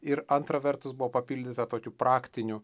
ir antra vertus buvo papildyta tokiu praktiniu